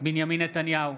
בנימין נתניהו,